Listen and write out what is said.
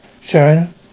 Sharon